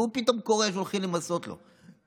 והוא פתאום קורא שהולכים למסות אותו.